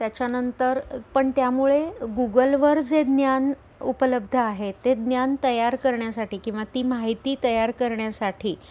त्याच्यानंतर पण त्यामुळे गुगलवर जे ज्ञान उपलब्ध आहे ते ज्ञान तयार करण्यासाठी किंवा ती माहिती तयार करण्यासाठी